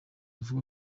avuga